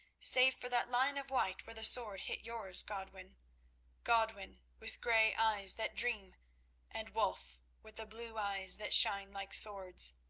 save for that line of white where the sword hit yours, godwin godwin with grey eyes that dream and wulf with the blue eyes that shine like swords.